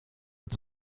het